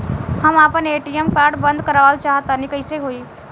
हम आपन ATM card बंद करावल चाह तनि कइसे होई?